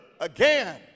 again